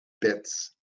bits